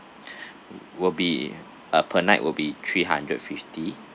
will be uh per night will be three hundred fifty